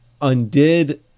undid